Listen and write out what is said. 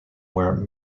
where